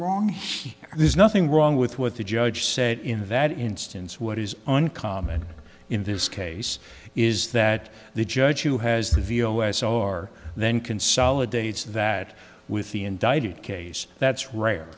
wrong there's nothing wrong with what the judge said in that instance what is uncommon in this case is that the judge who has the v o r s or then consolidates that with the indicted case that's rare